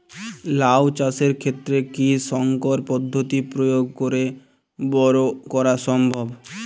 লাও চাষের ক্ষেত্রে কি সংকর পদ্ধতি প্রয়োগ করে বরো করা সম্ভব?